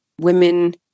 Women